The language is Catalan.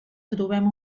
trobem